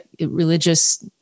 religious